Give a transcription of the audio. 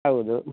ಹೌದು